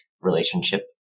relationship